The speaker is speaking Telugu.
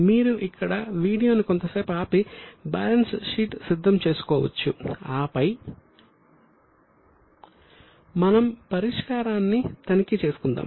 మీరు ఇక్కడ వీడియోను కొంతసేపు ఆపి బ్యాలెన్స్ షీట్ సిద్ధం చేయవచ్చు ఆపై మనము పరిష్కారాన్ని తనిఖీ చేసుకుందాం